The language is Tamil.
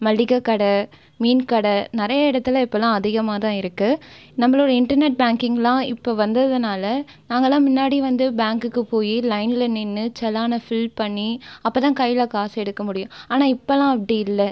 மளிகை கடை மீன் கடை நிறைய இடத்துல இப்பெல்லாம் அதிகமாக தான் இருக்குது நம்மளோட இன்டர்நெட் பேங்கிங்கெல்லாம் இப்போ வந்ததுனால் நாங்களாம் முன்னாடி வந்து பேங்க்குக்கு போய் லைனில் நின்றுச் செலானை ஃபில் பண்ணி அப்போதுதான் கையில் காசெடுக்க முடியும் ஆனால் இப்பெலாம் அப்படி இல்லை